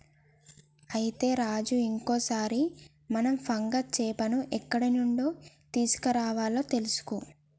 అయితే రాజు ఇంకో సారి మనం ఫంగస్ చేపని ఎక్కడ నుండి తీసుకురావాలో తెలుసుకో